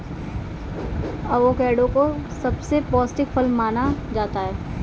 avocado को सबसे पौष्टिक फल माना जाता है